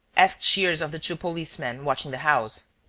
asked shears of the two policemen watching the house.